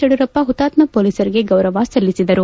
ಯಡಿಯೂರಪ್ಪ ಹುತಾತ್ನ ಪೊಲೀಸರಿಗೆ ಗೌರವ ಸಲ್ಲಿಸಿದರು